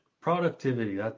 productivity